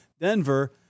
Denver